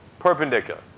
perpendicular.